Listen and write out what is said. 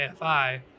AFI